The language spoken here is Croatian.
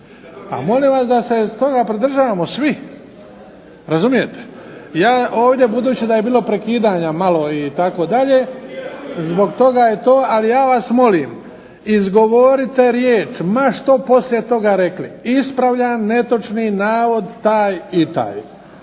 Molim vas da se toga pridržavamo svi, razumijete. Budući da je bilo prekidanja malo itd. zbog toga je to. Ali ja vas molim, izgovorite riječ ma što poslije toga rekli. Ispravljam netočni navod taj i taj.